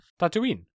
Tatooine